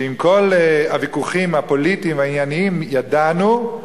שעם כל הוויכוחים הפוליטיים הענייניים ידענו,